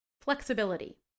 Flexibility